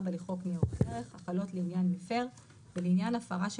לחוק ניירות ערך החלות לעניין מפר ולעניין הפרה של